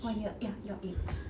oh ya ya your age